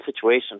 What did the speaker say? situation